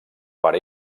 pare